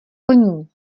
koní